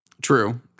True